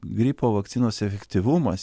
gripo vakcinos efektyvumas